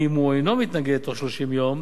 ואם הוא אינו מתנגד בתוך 30 יום,